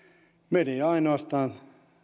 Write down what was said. media ainoastaan